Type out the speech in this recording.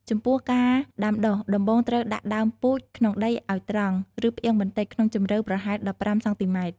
ចំពោះការដាំដុះ ដំបូងត្រូវដាក់ដើមពូជក្នុងដីឲ្យត្រង់ ឬផ្អៀងបន្តិច ក្នុងជម្រៅប្រហែល ១៥ សង់ទីម៉ែត្រ។